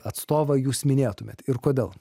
atstovą jūs minėtumėt ir kodėl